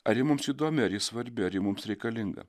ar ji mums įdomi ar ji svarbi ar ji mums reikalinga